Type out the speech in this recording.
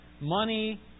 money